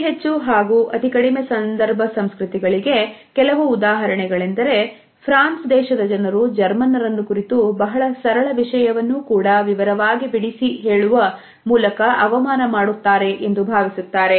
ಅತಿ ಹೆಚ್ಚು ಹಾಗೂ ಕಡಿಮೆ ಸಂದರ್ಭ ಸಂಸ್ಕೃತಿಗಳಿಗೆ ಕೆಲವು ಉದಾಹರಣೆಗಳೆಂದರೆ ಫ್ರಾನ್ಸ್ ದೇಶದ ಜನರು ಜರ್ಮನ್ನರನ್ನು ಕುರಿತು ಬಹಳ ಸರಳ ವಿಷಯವನ್ನೂ ಕೂಡ ವಿವರವಾಗಿ ಬಿಡಿಸಿ ಹೇಳುವ ಮೂಲಕ ಅವಮಾನ ಮಾಡುತ್ತಾರೆ ಎಂದು ಭಾವಿಸುತ್ತಾರೆ